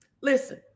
Listen